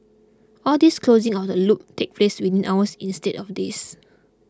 all this closing of the loop took place within hours instead of days